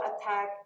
attack